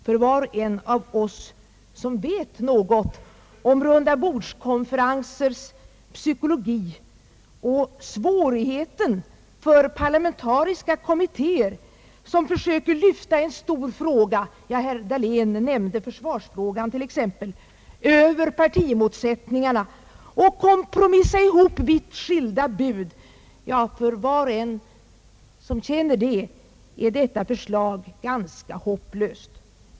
För var och en av oss som vet något om rundabordskonferensers psykologi och om svårigheten för parlamentariska kommittéer som försöker lyfta en stor fråga — herr Dahlén nämnde t.ex. försvarsfrågan — över partimotsättningarna och kompromissa ihop vitt skilda bud är detta förslag ganska hopplöst.